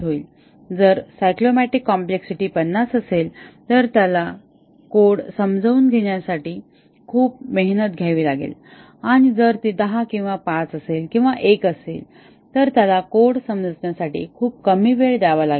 जर cyclomatic complexity 50 असेल तर त्याला कोड समजून घेण्यासाठी खूप मेहनत घ्यावी लागेल आणि जर ती 10 किंवा 5 किंवा 1 असेल तर त्याला कोड समजण्यासाठी खूप कमी वेळ द्यावा लागेल